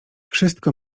wszystko